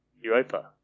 Europa